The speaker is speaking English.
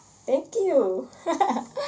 thank you